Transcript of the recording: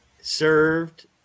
Served